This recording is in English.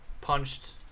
punched